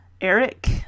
Eric